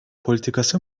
politikası